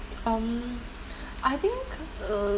um I think uh